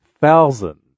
thousand